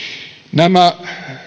nämä päivät